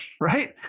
Right